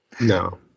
no